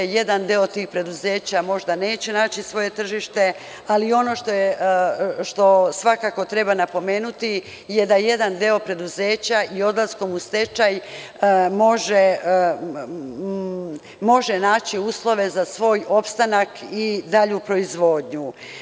Jedan deo tih preduzeća možda neće naći svoje tržište, ali ono što svakako treba napomenuti je da jedan deo preduzeća odlaskom u stečaj može naći uslove za svoj opstanak i dalju proizvodnju.